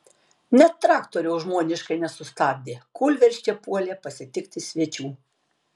net traktoriaus žmoniškai nesustabdė kūlvirsčia puolė pasitikti svečių